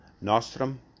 nostrum